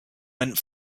went